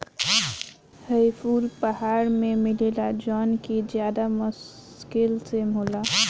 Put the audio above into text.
हई फूल पहाड़ में मिलेला जवन कि ज्यदा मुश्किल से होला